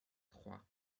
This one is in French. trois